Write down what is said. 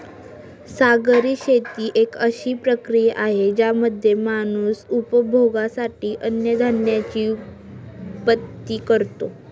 सागरी शेती एक अशी प्रक्रिया आहे ज्यामध्ये माणूस उपभोगासाठी अन्नधान्याची उत्पत्ति करतो